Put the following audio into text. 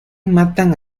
matan